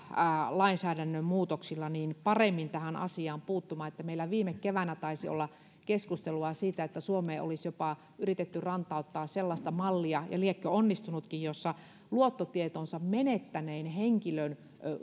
lainsäädännön muutoksilla paremmin tähän asiaan puuttumaan meillä viime keväänä taisi olla keskustelua siitä että suomeen olisi yritetty rantauttaa jopa sellaista mallia ja liekö onnistuttukin jossa luottotietonsa menettäneen henkilön